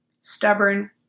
Stubborn